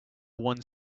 one